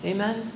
Amen